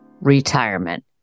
retirement